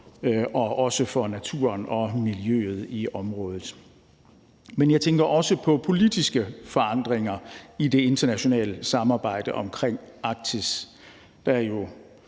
og også for naturen og miljøet i området. Men jeg tænker også på politiske forandringer i det internationale samarbejde omkring Arktis,